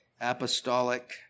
apostolic